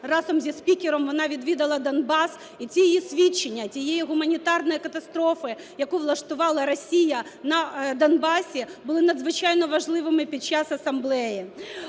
разом зі спікером вона відвідала Донбас. І ті її свідчення тієї гуманітарної катастрофи, яку влаштувала Росія на Донбасі, були надзвичайно важливими під час асамблеї.